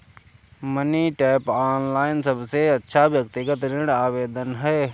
money tap, online सबसे अच्छा व्यक्तिगत ऋण आवेदन है